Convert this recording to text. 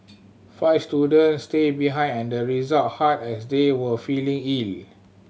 five students stayed behind at the rest hut as they were feeling ill